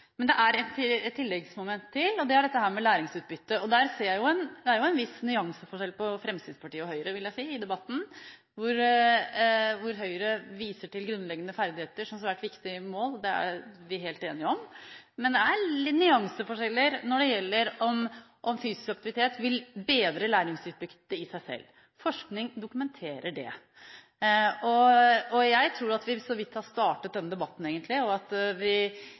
Men det er et tilleggsmoment, og det er dette med læringsutbytte, og der vil jeg jo si det er en viss nyanseforskjell mellom Fremskrittspartiet og Høyre i debatten. Høyre viser til grunnleggende ferdigheter som svært viktige mål, og det er de helt enige om, men det er nyanseforskjeller når det gjelder om fysisk aktivitet i seg selv vil bedre læringsutbyttet. Forskning dokumenterer det. Jeg tror egentlig at vi bare så vidt har startet denne debatten, og at